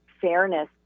fairness